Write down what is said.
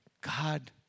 God